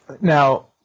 Now